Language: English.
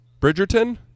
bridgerton